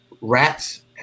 Rats